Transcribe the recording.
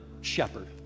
shepherd